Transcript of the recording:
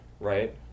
right